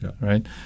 right